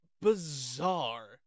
bizarre